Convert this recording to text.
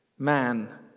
Man